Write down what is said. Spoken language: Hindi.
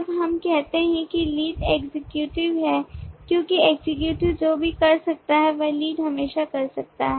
जब हम कहते हैं कि लीड एक्जिक्यूटिव है क्योंकि एग्जीक्यूटिव जो भी कर सकता है वह लीड हमेशा कर सकता है